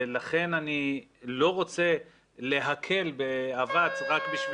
ולכן אני לא רוצה להקל באבץ.